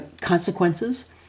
consequences